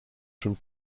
from